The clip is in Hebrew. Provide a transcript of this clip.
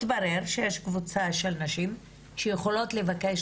מתברר שיש קבוצה של נשים שיכולות לבקש